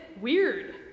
weird